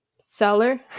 seller